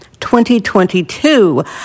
2022